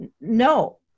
No